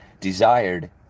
desired